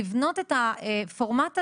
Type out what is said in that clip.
לבנות את הפורמט הזה.